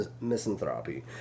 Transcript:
misanthropy